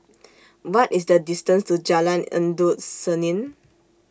What IS The distance to Jalan Endut Senin